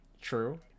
True